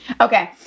Okay